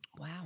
Wow